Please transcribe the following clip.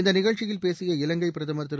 இந்த நிகழ்ச்சியில் பேசிய இலங்கைப் பிரதமர் திரு